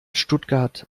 stuttgart